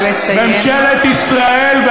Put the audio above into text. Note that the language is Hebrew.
ממשלת ישראל,